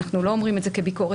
אנחנו לא אומרים את זה כביקורת.